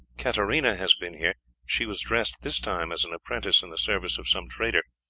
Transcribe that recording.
katarina has been here she was dressed this time as an apprentice in the service of some trader,